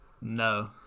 no